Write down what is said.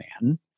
man